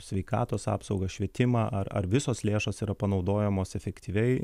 sveikatos apsaugą švietimą ar ar visos lėšos yra panaudojamos efektyviai